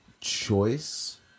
Choice